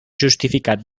justificat